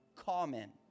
common